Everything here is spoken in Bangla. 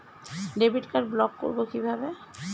ডেবিট কার্ড ব্লক করব কিভাবে?